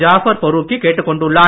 ஜாபர் பருக்கி கேட்டுக்கொண்டுள்ளார்